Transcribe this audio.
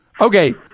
Okay